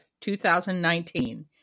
2019